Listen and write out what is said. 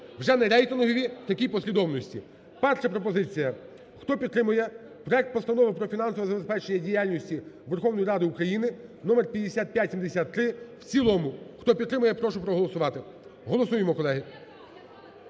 вже не рейтингові в такій послідовності. Перша пропозиція, хто підтримує проект Постанови про фінансове забезпечення діяльності Верховної Ради України номер 5573 в цілому, хто підтримує, прошу проголосувати. Голосуємо, колеги